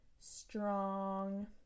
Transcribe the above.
strong